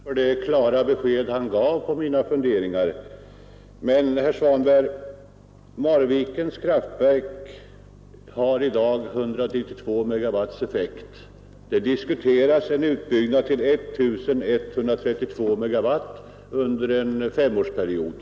Herr talman! Jag är tacksam mot herr Svanberg för de klara besked han gav med anledning av mina funderingar. Men, herr Svanberg, Marvikens kraftverk har i dag en effekt på 132 MW, och det diskuteras en utbyggnad till 1132 MW under en femårsperiod.